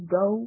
go